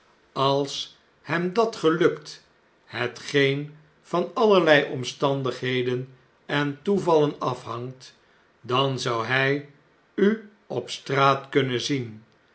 als hem dat gelukt hetgeen van allerlei omstandigheden en toevallen af hangt dan zou hjj u op straat kunnen zien